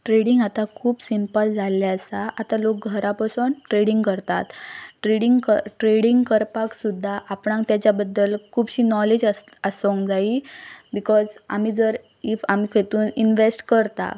trading आतां खूब simple जाल्लें आसा आतां लोक घरा बसोन ट्रेडींग करतात ट्रेडींग कर ट्रेडींग करपाक सुद्दां आपणाक तेच्या बद्दल खुबशी नॉलेज आस आसोंक जायी बिकॉज आमी जर इफ आमी कितून इनवॅस्ट करता